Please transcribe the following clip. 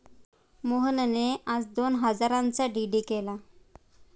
मोहनने आज दोन हजारांचा डी.डी केला